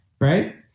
right